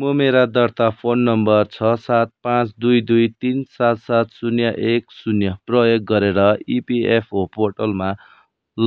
म मेरा दर्ता फोन नम्बर छ सात पाँच दुई दुई तिन सात सात शून्य एक शून्य प्रयोग गरेर इपिएफओ पोर्माटलमा